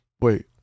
Wait